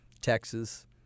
Texas